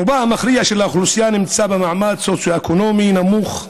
רובה המכריע של האוכלוסייה נמצא במעמד סוציו-אקונומי נמוך,